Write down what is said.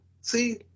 See